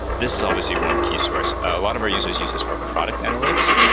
this is obviously one key source. a lot of our users use this for product analytics,